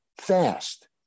fast